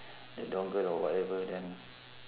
the dongle or whatever then